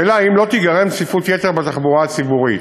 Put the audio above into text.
2. לשאלה אם לא תיגרם צפיפות יתר בתחבורה הציבורית,